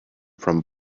from